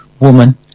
woman